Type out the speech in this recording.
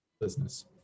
business